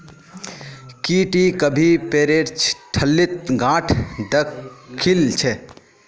की टी कभी पेरेर ठल्लीत गांठ द खिल छि